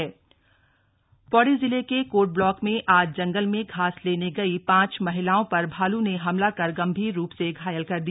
भालू हमला पौड़ी जिले के कोट ब्लॉक में आज जंगल में घास लेने गई पांच महिलाओं पर भालू ने हमला कर गंभीर रूप से घायल कर दिया